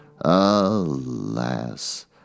Alas